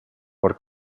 por